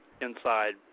inside